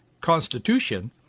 constitution